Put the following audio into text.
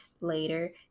later